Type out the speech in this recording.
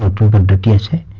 the public.